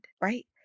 right